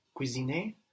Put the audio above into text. cuisiner